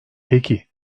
peki